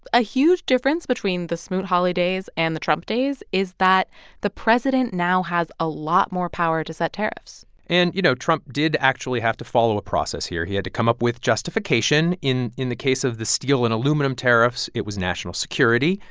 a huge difference between the smoot-hawley days and the trump days is that the president now has a lot more power to set tariffs and, you know, trump did actually have to follow a process here. he had to come up with justification. in in the case of the steel and aluminium tariffs, it was national security.